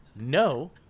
no